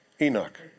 Enoch